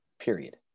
period